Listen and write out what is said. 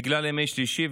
בגלל ימי שלישי,